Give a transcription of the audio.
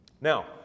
now